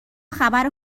خبر